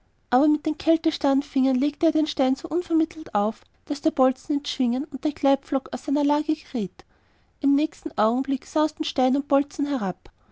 aber mit den kältestarren fingern legte er den stein so unvermittelt auf daß der bolzen ins schwingen und der gleitpflock aus seiner lage geriet im nächsten augenblick sausten stein und bolzen herab